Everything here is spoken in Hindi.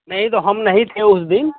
नहीं तो हम नहीं थे उस दिन